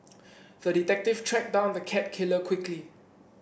the detective tracked down the cat killer quickly